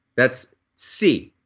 that's c.